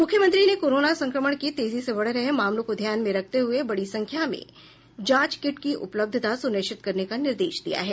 मुख्यमंत्री ने कोरोना संक्रमण के तेजी से बढ़ रहे मामलों को ध्यान में रखते हुए बड़ी संख्या में जांच किट की उपलब्धता सूनिश्चित कराने का निर्देश दिया है